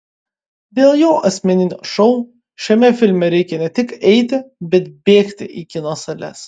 dėl jo asmeninio šou šiame filme reikia ne tik eiti bet bėgti į kino sales